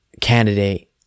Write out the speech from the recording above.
candidate